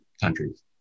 countries